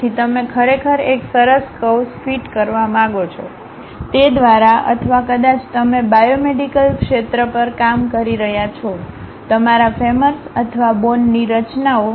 તેથી તમે ખરેખર એક સરસ કર્વ્સ ફિટ કરવા માંગો છો તે દ્વારા અથવા કદાચ તમે બાયોમેડિકલ ક્ષેત્ર પર કામ કરી રહ્યા છો તમારા ફેમર્સ અથવા બોનં ની રચનાઓ